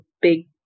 big